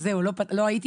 אז זהו, לא הייתי.